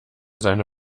seine